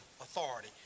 authority